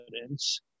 evidence